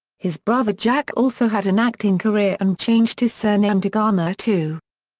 his brother jack also had an acting career and changed his surname to garner, too.